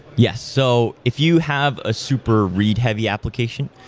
yes. so if you have a super read heavy application,